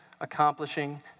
accomplishing